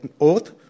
oath